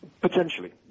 Potentially